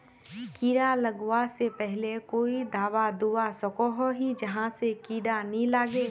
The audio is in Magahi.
कीड़ा लगवा से पहले कोई दाबा दुबा सकोहो ही जहा से कीड़ा नी लागे?